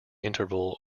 interval